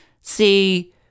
see